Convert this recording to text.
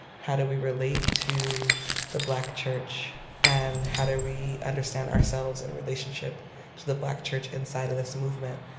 how do we relate to the black church and how do we understand ourselves in relationship to the black church inside of this movement?